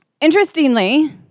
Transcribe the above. interestingly